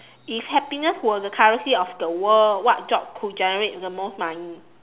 if happiness were the currency of the world what job could generate the most money